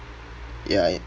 ya